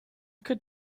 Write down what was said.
could